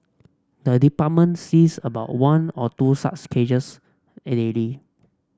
the department sees about one or two such cases daily